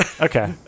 Okay